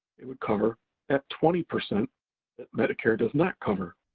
it would cover that twenty percent that medicare does not cover.